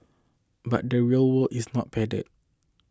but the real world is not padded